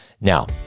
Now